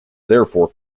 therefore